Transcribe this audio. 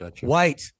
white